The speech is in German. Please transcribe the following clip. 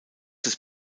des